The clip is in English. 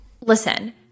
listen